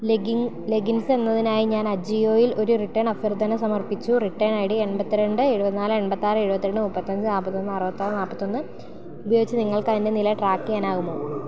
leggings എന്നതിനായി ഞാൻ അജിയോയിൽ ഒരു റിട്ടേൺ അഭ്യർത്ഥന സമർപ്പിച്ചു റിട്ടേൺ ഐ ഡി എൺപത്തിരണ്ട് എഴുപത്തിനാല് എൺപത്തിയാറ് എഴുപത്തിരണ്ട് മുപ്പത്തിയഞ്ച് നാല്പ്പത്തിയൊന്ന് അറുപത്തിയാറ് നാല്പ്പത്തിയൊന്ന് ഉപയോഗിച്ച് നിങ്ങൾക്ക് അതിൻ്റെ നില ട്രാക്ക് ചെയ്യാനാകുമോ